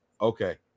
Okay